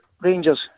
Rangers